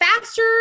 faster